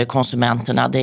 Konsumenterna